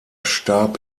starb